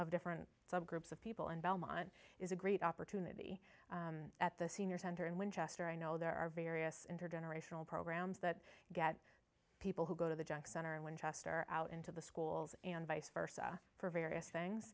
of different subgroups of people in belmont is a great opportunity at the senior center in winchester i know there are various intergenerational programs that get people who go to the junk center in winchester out into the schools and vice versa for various things